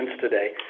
today